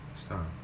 Stop